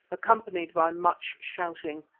accompanied by much shouting.